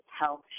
health